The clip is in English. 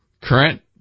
Current